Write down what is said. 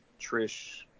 Trish